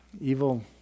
evil